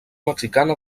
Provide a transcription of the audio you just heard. mexicana